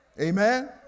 Amen